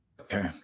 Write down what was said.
Okay